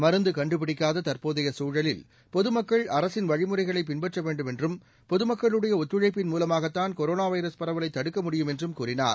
மருந்து கண்டுபிடிக்காத தற்போதைய சூழலில் பொதுமக்கள் அரசின் வழிமுறைகளை பின்பற்ற வேண்டும் என்றும் பொதுமக்களுடைய ஒத்துழைப்பின் மூலமாகத்தான் கொரோனா வைரஸ் பரவலை தடுக்க மடியும் என்றம் கூறினார்